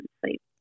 sleep